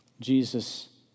Jesus